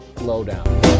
Lowdown